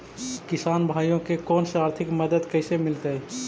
किसान भाइयोके कोन से आर्थिक मदत कैसे मीलतय?